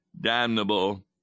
damnable